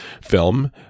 film